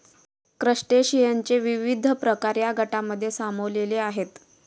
क्रस्टेशियनचे विविध प्रकार या गटांमध्ये सामावलेले आहेत